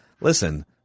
Listen